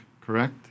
correct